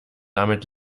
damit